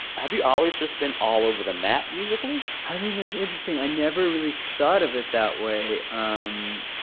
have you always just been all over the map musically? i mean, that's interesting. i never really thought of it that way. um